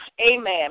amen